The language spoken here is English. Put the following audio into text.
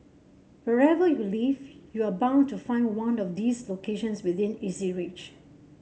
wherever you live you are bound to find one of these locations within easy reach